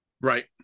Right